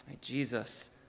Jesus